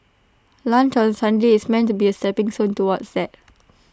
lunch on Sunday is meant to be A stepping stone toward that